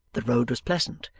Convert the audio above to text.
the road was pleasant,